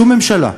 שום ממשלה.